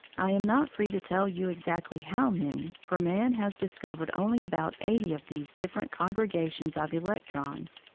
i am not free to tell you exactly how many, for man has discovered only about eighty of these different congregations of electrons,